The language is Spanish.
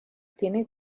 tiene